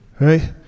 Right